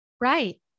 Right